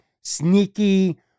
sneaky